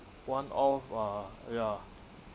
one off uh ya